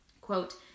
quote